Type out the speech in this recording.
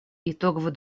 итоговый